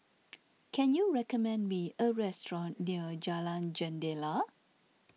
can you recommend me a restaurant near Jalan Jendela